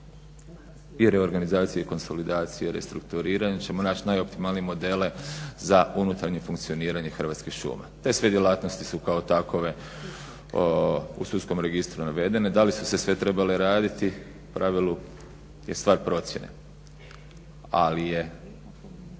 i reorganizacije i konsolidacije, restrukturiranja ćemo naći najoptimalnije modele za unutarnje funkcioniranje Hrvatskih šuma. Te sve djelatnosti su kao takve u sudskom registru navedene, da li su se sve trebale raditi u pravilu je stvar procjene. Ali je